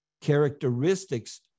characteristics